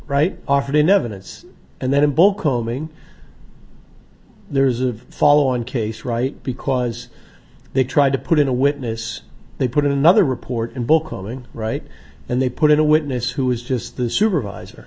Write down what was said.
right offered in evidence and then a ball combing there's of follow on case right because they tried to put in a witness they put in another report and book coming right and they put in a witness who was just the supervisor